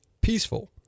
peaceful